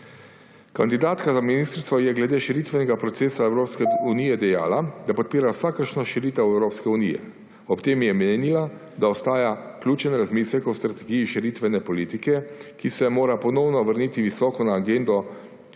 Kandidatka za ministrico je glede širitvenega procesa Evropske unije dejala, da podpira vsakršno širitev Evropske unije, ob tem je menila, da ostaja ključen razmislek o strategiji širitvene politike, ki se mora ponovno vrniti visoko na agendo